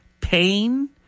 pain